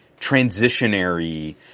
transitionary